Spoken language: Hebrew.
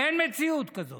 אין מציאות כזאת.